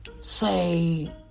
say